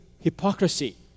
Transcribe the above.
hypocrisy